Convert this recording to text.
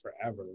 forever